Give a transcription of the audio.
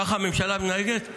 ככה הממשלה מתנהגת?